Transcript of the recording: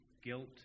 Guilt